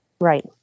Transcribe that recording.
Right